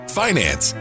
finance